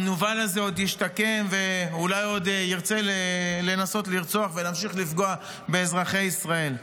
המנוול הזה עוד ישתקם ואולי ינסה לרצוח ולהמשיך לפגוע באזרחי ישראל.